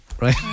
right